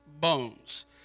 bones